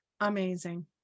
Amazing